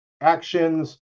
actions